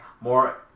more